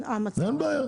אין שום בעיה.